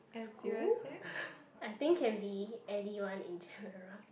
school I think can be anyone in general